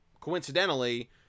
coincidentally